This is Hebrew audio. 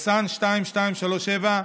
פ/2237/24,